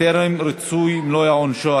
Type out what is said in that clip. טרם ריצוי מלוא עונשו),